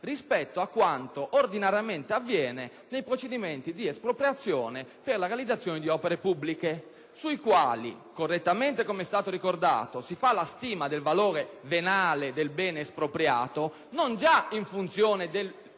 rispetto a quanto ordinariamente avviene nei procedimenti di espropriazione per la realizzazione di opere pubbliche nei quali, come è stato correttamente ricordato, si fa la stima del valore venale del bene espropriato, non già in funzione del